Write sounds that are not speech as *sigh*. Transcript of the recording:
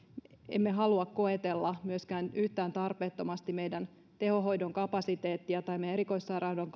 emme halua koetella myöskään yhtään tarpeettomasti meidän tehohoidon kapasiteettiamme tai meidän erikoissairaanhoidon *unintelligible*